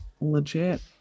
Legit